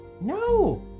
no